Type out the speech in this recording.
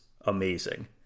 amazing